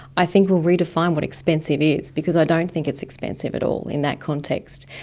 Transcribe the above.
i think we'll redefine what expensive is because i don't think it's expensive at all in that context.